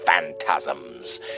phantasms